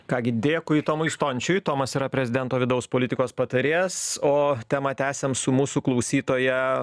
ką gi dėkui tomui stončiui tomas yra prezidento vidaus politikos patarėjas o temą tęsiam su mūsų klausytoja